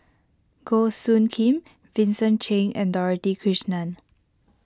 Goh Soo Khim Vincent Cheng and Dorothy Krishnan